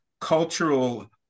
cultural